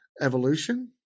evolution